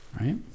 Right